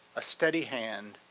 a steady hand,